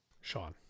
Sean